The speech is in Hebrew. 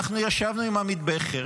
ישבנו עם עמית בכר,